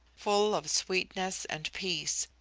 full of sweetness and peace,